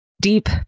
deep